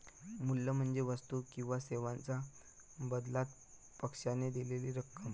मूल्य म्हणजे वस्तू किंवा सेवांच्या बदल्यात पक्षाने दिलेली रक्कम